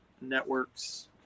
networks